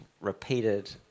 repeated